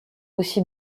aussi